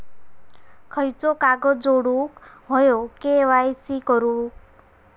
खयचो कागद जोडुक होयो के.वाय.सी करूक?